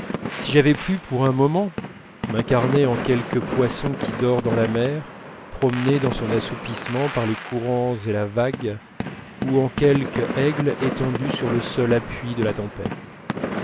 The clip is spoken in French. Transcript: si j'avais pu pour un moment m'incarner en quelque poisson qui dort dans la mer promené dans son assoupissement par les courants et la vague ou en quelque aigle étendu sur le seul appui de la tempête